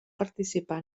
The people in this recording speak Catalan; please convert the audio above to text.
participar